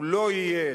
הוא לא יהיה